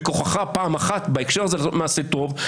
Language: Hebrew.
בכוחך פעם אחת בהקשר הזה לעשות מעשה טוב,